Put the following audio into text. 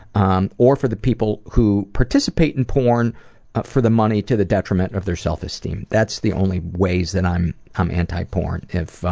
um or for the people who participate in porn ah for the money to the detriment of their self-esteem. that's the only ways that i'm i'm anti-porn. if